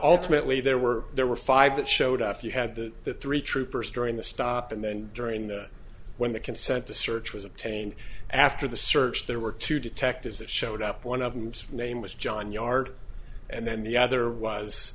ultimately there were there were five that showed up you had the the three troopers during the stop and then during that when the consent to search was obtained after the search there were two detectives that showed up one of them's name was john yard and then the other was